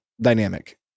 dynamic